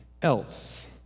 else